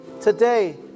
today